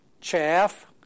Chaff